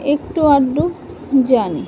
একটু আধটু জানি